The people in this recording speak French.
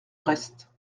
reste